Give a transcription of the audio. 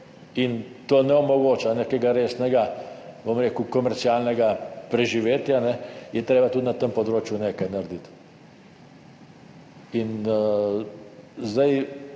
to ne omogoča nekega resnega, bom rekel, komercialnega preživetja, je treba tudi na tem področju nekaj narediti. Eno